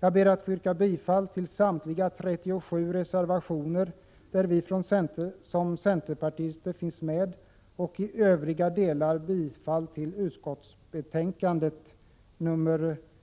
Jag yrkar bifall till samtliga 37 reservationer där vi centerpartister finns med samt i övrigt till utskottets hemställan i bostadsutskottets betänkande